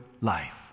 life